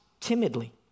timidly